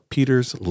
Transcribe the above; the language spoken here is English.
Peter's